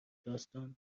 داستان